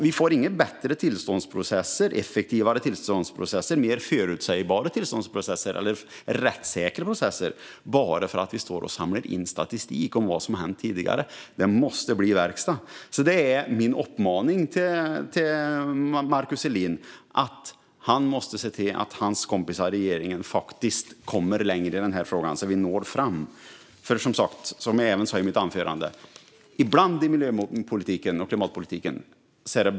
Vi får inga bättre tillståndsprocesser, effektivare tillståndsprocesser, mer förutsägbara tillståndsprocesser eller rättssäkra tillståndsprocesser bara för att vi samlar in statistik om vad som hänt tidigare. Det måste bli verkstad. Det är min uppmaning till Markus Selin - han måste se till att hans kompisar i regeringen faktiskt kommer längre i den här frågan så att vi når ända fram. Som jag sa i mitt anförande: Ibland är det bråttom i miljö och klimatpolitiken.